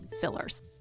fillers